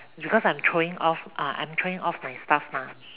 because I'm throwing off uh I'm throwing off my stuff mah